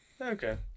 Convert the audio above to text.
Okay